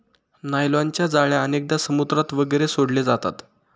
नायलॉनच्या जाळ्या अनेकदा समुद्रात वगैरे सोडले जातात